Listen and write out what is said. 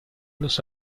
los